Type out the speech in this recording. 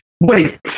wait